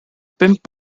pimp